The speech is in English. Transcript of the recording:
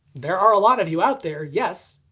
there are a lot of you out there, yes,